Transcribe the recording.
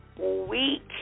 week